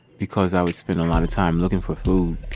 because i would spend a lot of time looking for food.